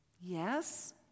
Yes